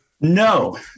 No